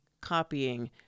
copying